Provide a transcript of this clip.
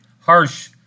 harsh